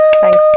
Thanks